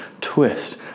twist